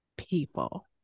People